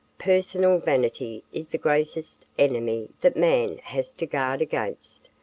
personal vanity is the greatest enemy that man has to guard against.